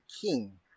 king